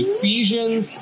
Ephesians